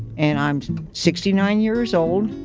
and i'm sixty nine years old.